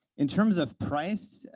in terms of price,